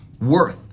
worth